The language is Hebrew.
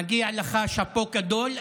מגיע לך שאפו גדול.